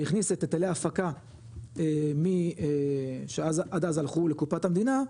שהכניס את היטלי ההפקה שעד אז הלכו לקופת המדינה,